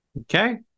Okay